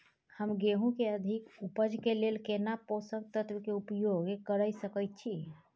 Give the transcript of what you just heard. हम गेहूं के अधिक उपज के लेल केना पोषक तत्व के उपयोग करय सकेत छी?